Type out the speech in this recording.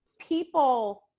people